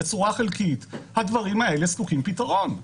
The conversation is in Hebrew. הדברים האלה זקוקים לפתרון.